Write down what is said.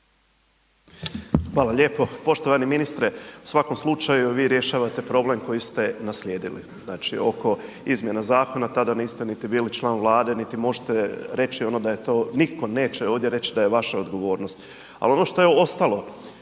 Hvala lijepo. Poštovani ministre, u svakom slučaju vi rješavate problem koji ste naslijedili, znači oko izmjena zakona tada niste niti bili član Vlade niti možete reći da je to, nitko neće ovdje reći da je vaša odgovornost. Ali ono što je ostalo